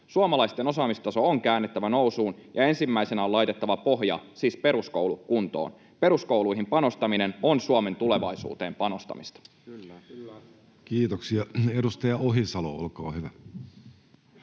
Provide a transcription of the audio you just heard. Suomalaisten osaamistaso on käännettävä nousuun, ja ensimmäisenä on laitettava pohja — siis peruskoulu — kuntoon. Peruskouluihin panostaminen on Suomen tulevaisuuteen panostamista. Kiitoksia. — Edustaja Ohisalo, olkaa hyvä.